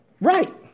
Right